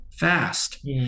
Fast